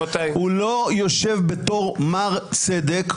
הוא לא יושב בתור מר צדק,